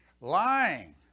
Lying